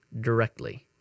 directly